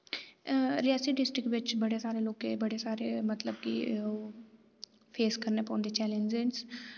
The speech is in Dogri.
रियासी डिस्ट्रिक बिच बड़े सारे लोकें बड़े सारे मलतब कि ओह् फेस करने पौंदे चैलेंजेस